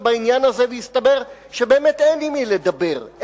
בעניין הזה והסתבר שבאמת אין עם מי לדבר,